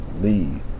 leave